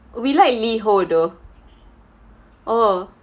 we like Liho though oh